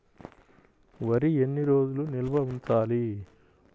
వరి ఎన్ని రోజులు నిల్వ ఉంచాలి?